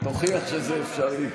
תוכיח שזה אפשרי.